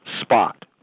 spot